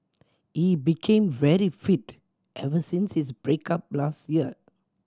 he became very fit ever since his break up last year